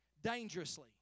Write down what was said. Dangerously